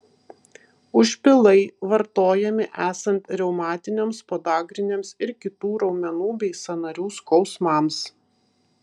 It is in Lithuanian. užpilai vartojami esant reumatiniams podagriniams ir kitų raumenų bei sąnarių skausmams